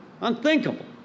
Unthinkable